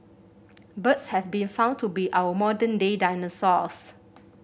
birds have been found to be our modern day dinosaurs